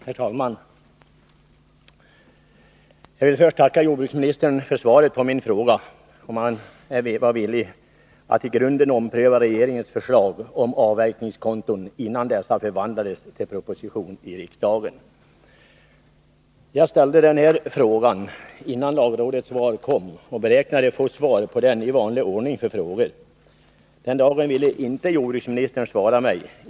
Herr talman! Jag vill först tacka jordbruksministern för svaret på min fråga om han var villig att i grunden ompröva regeringens förslag om avverkningskonto innan förslaget förvandlades till proposition i riksdagen. Jag ställde frågan innan lagrådets svar kom och räknade med att få svar på deni den ordning som är vanlig när det gäller frågor. Den aktuella dagen ville inte jordbruksministern svara mig.